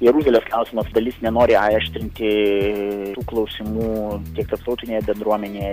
jeruzalės klausimas dalis nenori aštrinti klausimų tiek tarptautinėje bendruomenėje